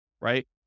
right